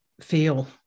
feel